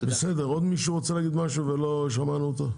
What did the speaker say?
עוד מישהו רוצה להגיד משהו ולא שמענו אותו?